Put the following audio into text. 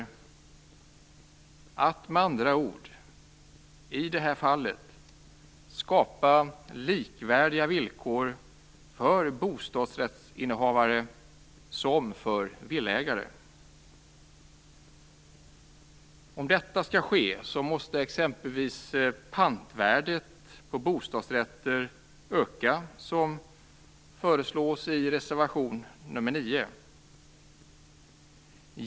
I det här fallet handlar det med andra ord om att skapa likvärdiga villkor för bostadsrättsinnehavare som för villaägare. Om detta skall ske, måste exempelvis pantvärdet på bostadsrätter öka som föreslås i reservation 9.